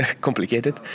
complicated